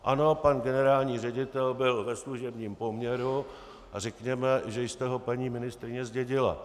Ano, pan generální ředitel byl ve služebním poměru a řekněme, že jste ho, paní ministryně, zdědila.